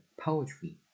Poetry